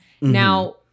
Now